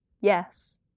Yes